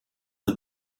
the